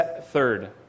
third